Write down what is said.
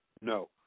No